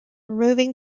removing